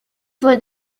for